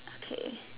okay